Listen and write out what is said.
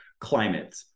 climate